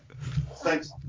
Thanks